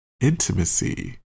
intimacy